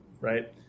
Right